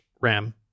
RAM